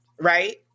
right